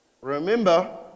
Remember